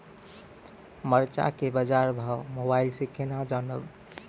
मरचा के बाजार भाव मोबाइल से कैनाज जान ब?